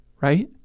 right